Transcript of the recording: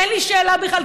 אין לי שאלה בכלל,